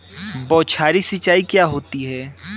बौछारी सिंचाई क्या होती है?